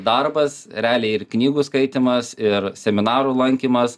darbas realiai ir knygų skaitymas ir seminarų lankymas